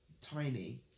Tiny